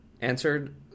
answered